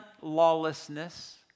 lawlessness